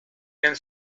and